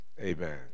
amen